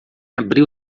abril